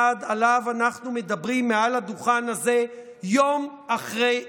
שעליו אנחנו מדברים מעל הדוכן הזה יום אחרי יום: